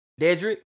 Dedrick